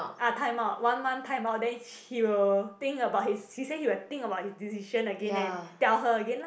ah timeout one month timeout then he will think about he say he will think about his decision again and tell her again lah